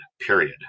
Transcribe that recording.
period